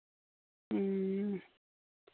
ᱦᱮᱸ